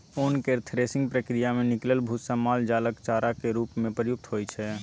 ओन केर थ्रेसिंग प्रक्रिया मे निकलल भुस्सा माल जालक चारा केर रूप मे प्रयुक्त होइ छै